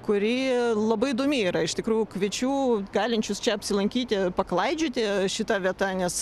kuri labai įdomi yra iš tikrųjų kviečiu galinčius čia apsilankyti paklaidžioti šita vieta nes